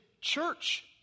church